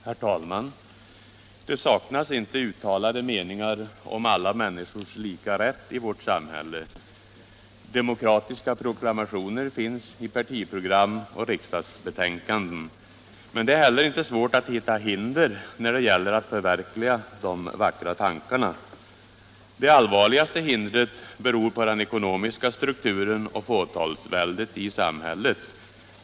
Herr talman! Det saknas inte uttalade meningar om alla människors lika rätt i vårt samhälle. Demokratiska proklamationer finns i partiprogram och riksdagsbetänkanden. Men det är inte heller svårt att hitta hinder när det gäller att förverkliga de vackra tankarna. De allvarligaste hindren beror på den ekonomiska strukturen och fåtalsväldet i samhället.